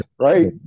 right